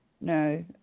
no